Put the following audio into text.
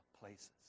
places